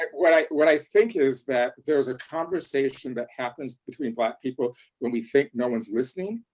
like what i what i think is that there's a conversation that happens between black people when we think no one's listening.